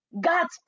God's